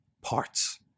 parts